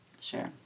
Sure